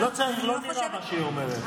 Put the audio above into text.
לא נראה מה שהיא אומרת.